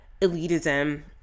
elitism